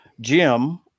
Jim